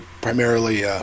primarily